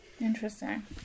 Interesting